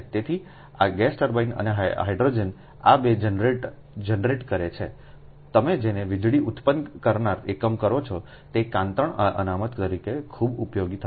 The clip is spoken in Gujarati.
તેથી આ ગેસ ટર્બાઇન અને હાઇડ્રોજન આ 2 જનરેટ કરે છે તમે જેને વીજળી ઉત્પન્ન કરનાર એકમ કરો છો તે કાંતણ અનામત તરીકે ખૂબ ઉપયોગી થશે